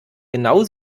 genau